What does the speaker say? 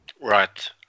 right